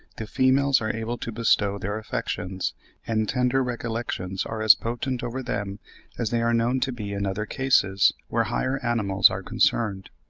the females are able to bestow their affections and tender recollections are as potent over them as they are known to be in other cases, where higher animals are concerned.